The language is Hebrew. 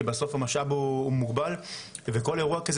כי בסוף המשאב הוא מוגבל וכל אירוע כזה